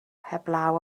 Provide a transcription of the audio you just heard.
heblaw